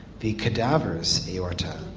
the cadaver's aorta,